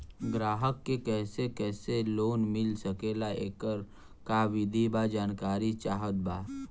ग्राहक के कैसे कैसे लोन मिल सकेला येकर का विधि बा जानकारी चाहत बा?